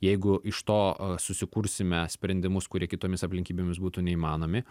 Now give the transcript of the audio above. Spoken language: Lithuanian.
jeigu iš to susikursime sprendimus kurie kitomis aplinkybėmis būtų neįmanomi